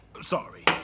Sorry